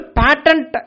patent